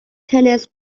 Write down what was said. tennis